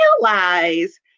realize